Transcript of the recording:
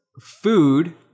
food